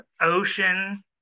Ocean